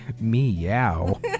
Meow